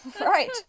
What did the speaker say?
Right